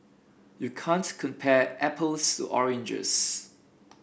you can't compare apples to oranges